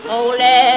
Holy